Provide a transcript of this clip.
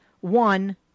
One